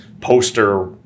poster